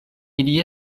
ili